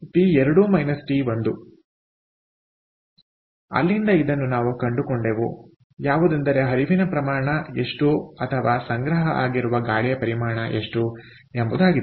ಆದ್ದರಿಂದ ಅಲ್ಲಿಂದ ಇದನ್ನು ನಾವು ಕಂಡುಕೊಂಡೆವು ಯಾವುದೆಂದರೆ ಹರಿವಿನ ಪ್ರಮಾಣ ಎಷ್ಟು ಅಥವಾ ಸಂಗ್ರಹ ಆಗಿರುವ ಗಾಳಿಯ ಪರಿಮಾಣ ಎಷ್ಟು ಎಂಬುದಾಗಿದೆ